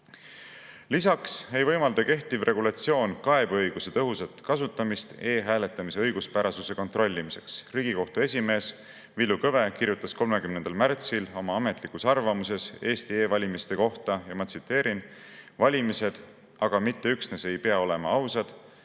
Lisaks ei võimalda kehtiv regulatsioon kaebeõiguse tõhusat kasutamist e‑hääletamise õiguspärasuse kontrollimiseks. Riigikohtu esimees Villu Kõve kirjutas 30. märtsil oma ametlikus arvamuses Eesti e-valimiste kohta järgmist. Ma tsiteerin: "Valimised aga mitte üksnes ei pea olema ausad,